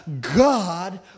God